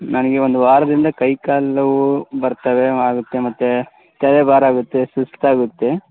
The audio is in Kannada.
ನನಗೆ ಒಂದು ವಾರದಿಂದ ಕೈಕಾಲು ನೋವು ಬರ್ತವೆ ಆಗತ್ತೆ ಮತ್ತು ತಲೆ ಭಾರ ಆಗುತ್ತೆ ಸುಸ್ತಾಗುತ್ತೆ